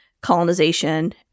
colonization